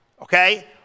okay